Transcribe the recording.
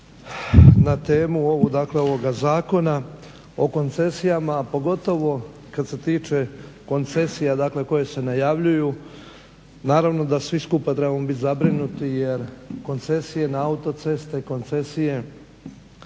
dakle ovoga Zakona o koncesijama, pogotovo kad se tiče koncesija koje se najavljuju. Naravno da svi skupa trebamo biti zabrinuti jer koncesije na autoceste, koncesije na